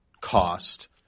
cost